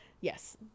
yes